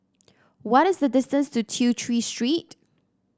what is the distance to Tew Chew Street